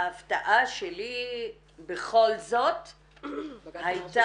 ההפתעה שלי בכל זאת הייתה --- בג"ץ אמר